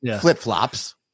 flip-flops